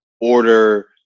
order